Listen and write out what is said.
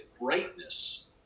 brightness